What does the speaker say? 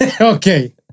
Okay